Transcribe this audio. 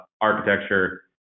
architecture